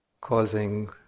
causing